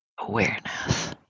awareness